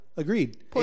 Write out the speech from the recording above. agreed